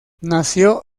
nació